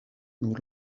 nur